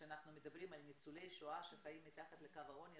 כשאנחנו מדברים על ניצולי שואה שחיים מתחת לקו העוני,